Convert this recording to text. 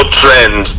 trend